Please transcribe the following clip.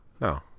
No